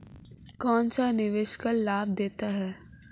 कौनसा निवेश कर लाभ देता है?